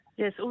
Yes